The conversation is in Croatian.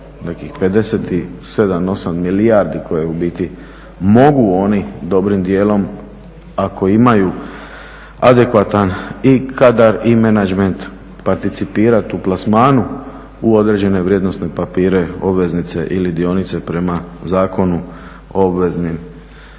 58 milijardi koje u biti mogu oni dobrim dijelom ako imaju adekvatan i kadar i menađment participirati u plasmanu u određene vrijednosne papire, obveznici ili dionice prema Zakonu o obveznim